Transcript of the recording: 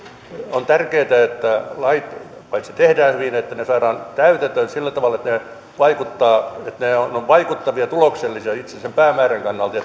on tärkeätä että lait tehdään hyvin että ne saadaan täytäntöön sillä tavalla että ne vaikuttavat että ne ovat vaikuttavia tuloksellisia itse sen päämäärän kannalta